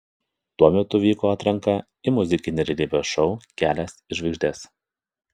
tuo metu vyko atranka į muzikinį realybės šou kelias į žvaigždes